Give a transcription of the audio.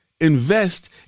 Invest